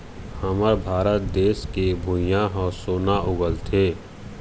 हमर भारत देस के भुंइयाँ ह सोना उगलथे